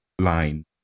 line